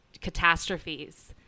catastrophes